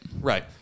right